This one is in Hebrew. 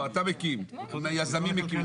יזמים מקימים.